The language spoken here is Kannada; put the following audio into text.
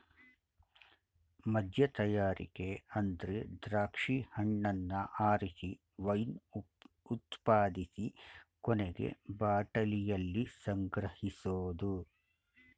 ಮದ್ಯತಯಾರಿಕೆ ಅಂದ್ರೆ ದ್ರಾಕ್ಷಿ ಹಣ್ಣನ್ನ ಆರಿಸಿ ವೈನ್ ಉತ್ಪಾದಿಸಿ ಕೊನೆಗೆ ಬಾಟಲಿಯಲ್ಲಿ ಸಂಗ್ರಹಿಸೋದು